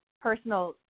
personal